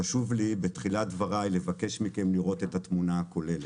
חשוב לי בתחילת דבריי לבקש מכם לראות את התמונה הכוללת.